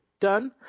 done